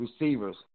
Receivers